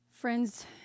Friends